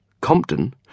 Compton